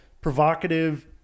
provocative